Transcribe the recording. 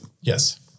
Yes